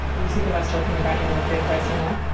you sick of us talking about you in the third person now?